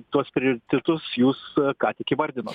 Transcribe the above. tuos prioritetus jūs ką tik įvardinot